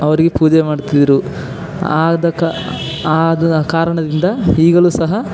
ಅವರಿಗೆ ಪೂಜೆ ಮಾಡ್ತಿದ್ದರು ಆದ ಕಾ ಆದ ಕಾರಣದಿಂದ ಈಗಲೂ ಸಹ